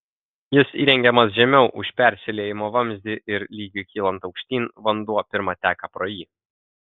jis įrengiamas žemiau už persiliejimo vamzdį ir lygiui kylant aukštyn vanduo pirma teka pro jį